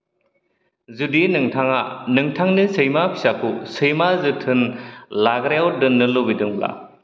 जुदि नोंथाङा नोंथांनि सैमा फिसाखौ सैमा जोथोन लाग्रायाव दोननो लुबैदोंब्ला